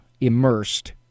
immersed